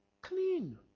clean